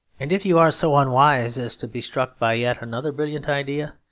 and if you are so unwise as to be struck by yet another brilliant idea,